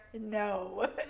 No